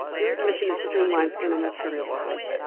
your admission is streamlined in a material way.